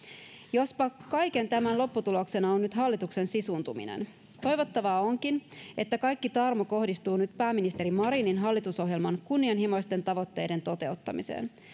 jospa kaiken tämän lopputuloksena on nyt hallituksen sisuuntuminen toivottavaa onkin että kaikki tarmo kohdistuu nyt pääministeri marinin hallitusohjelman kunnianhimoisten tavoitteiden toteuttamiseen